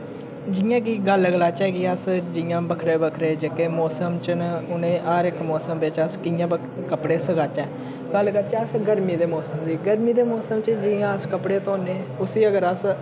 जि'यां कि गल्ल गलाचै कि अस जि'यां बक्खरे बक्खरे जेह्के मौसम च न उ'नें हर इक मौसम बिच्च अस कि'यां कपड़े सुखाचै गल्ल करचै अस गर्मियें दे मौसम दी गर्मिये दे मौसम च जि'यां अस कपड़े धोने उसी अगर अस